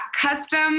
custom